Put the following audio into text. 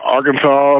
Arkansas